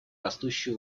растущей